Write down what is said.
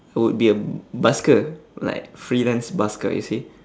I would be a busker like freelance busker you see